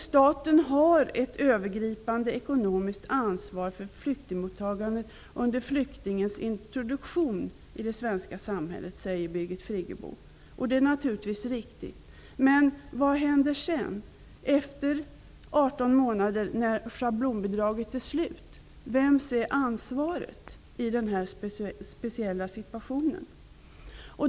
Staten har ett övergripande ekonomiskt ansvar för flyktingmottagandet under flyktingens introduktion i det svenska samhället, säger Birgit Friggebo. Det är naturligtvis riktigt. Men vad händer efter de 18 månaderna, då schablonbidraget är slut? Vems är ansvaret i denna speciella situation?